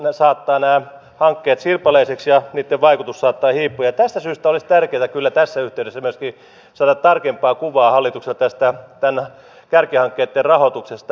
se saattaa nämä hankkeet sirpaleisiksi ja niitten vaikutus saattaa hiipua ja tästä syystä olisi tärkeätä kyllä tässä yhteydessä myöskin saada tarkempaa kuvaa hallitukselta näitten kärkihankkeitten rahoituksesta